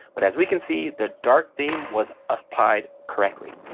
but as we can see, the dark theme was applied correctly.